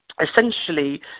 essentially